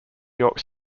york